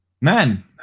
man